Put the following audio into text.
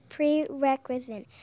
Prerequisite